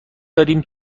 داریم